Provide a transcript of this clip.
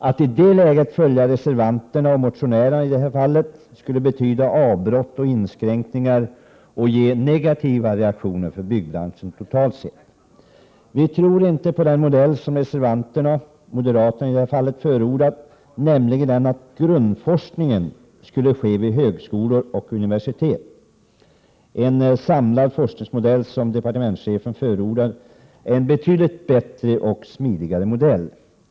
Att i det läget följa motionärerna och reservanterna skulle betyda avbrott och inskränkningar och ge negativa reaktioner för byggbranschen totalt sett. Vi tror inte på den modell som reservanterna —- moderaterna — förordar, nämligen att grundforskningen skulle ske vid högskolor och universitet. Den samlade forskningsmodell som departementschefen förordar är en betydligt bättre och smidigare modell.